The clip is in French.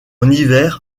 hiver